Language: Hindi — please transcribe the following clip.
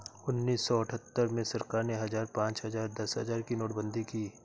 उन्नीस सौ अठहत्तर में सरकार ने हजार, पांच हजार, दस हजार की नोटबंदी की